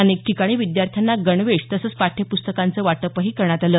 अनेक ठिकाणी विद्यार्थ्यांना गणवेश तसंच पाठ्यपुस्तकांचं वाटप करण्यात आलं